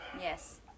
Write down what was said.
Yes